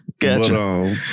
gotcha